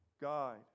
guide